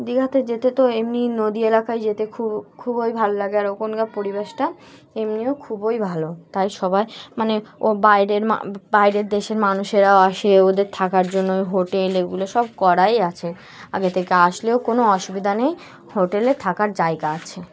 দীঘাতে যেতে তো এমনি নদী এলাকায় যেতে খুব খুবই ভালো লাগে আর ওখকার পরিবেশটা এমনিও খুবই ভালো তাই সবাই মানে ও বাইরের মা বাইরের দেশের মানুষেরাও আসে ওদের থাকার জন্য ওই হোটেল এগুলো সব করাই আছে আগে থেকে আসলেও কোনো অসুবিধা নেই হোটেলে থাকার জায়গা আছে